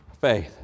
faith